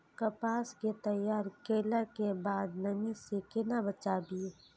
कपास के तैयार कैला कै बाद नमी से केना बचाबी?